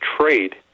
trade